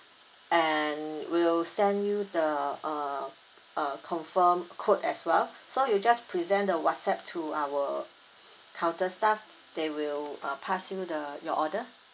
and will send you the uh uh confirm code as well so you just present the whatsapp to our counter's staff they will uh pass you the your order